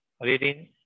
reading